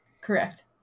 Correct